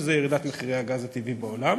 וזה ירידת מחירי הגז הטבעי בעולם,